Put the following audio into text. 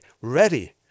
ready